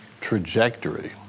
trajectory